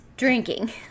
Drinking